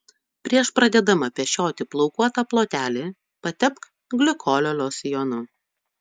prieš pradėdama pešioti plaukuotą plotelį patepk glikolio losjonu